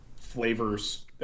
flavors